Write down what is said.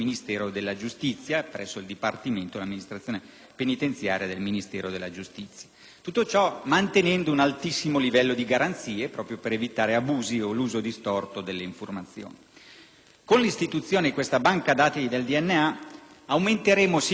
penitenziaria del Ministero della giustizia. Tutto ciò avverrà mantenendo un altissimo livello di garanzie proprio per evitare abusi o l'uso distorto delle informazioni. Con l'istituzione di questa banca dati del DNA aumenteremo significativamente l'identificazione degli autori dei reati,